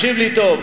תקשיב לי טוב,